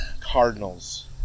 cardinals